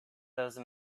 those